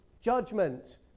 judgment